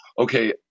okay